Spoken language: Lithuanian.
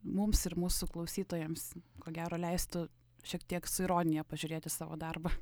mums ir mūsų klausytojams ko gero leistų šiek tiek su ironija pažiūrėt į savo darbą